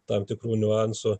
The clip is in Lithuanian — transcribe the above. tam tikrų niuansų